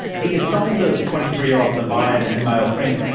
the assault of twenty three year old nirbhaya and her male friend,